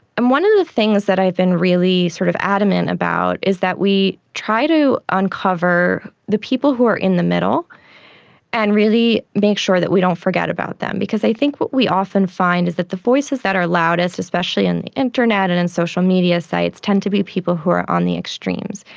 and one of the things that i've been really sort of adamant about is that we try to uncover the people who are in the middle and really make sure that we don't forget about them. because i think what we often find is that the voices that are loudest, especially on and the internet and and social media sites, tend to be people who are on the extremes,